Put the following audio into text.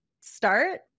start